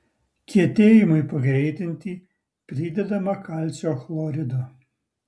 kietėjimui pagreitinti pridedama kalcio chlorido